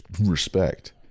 respect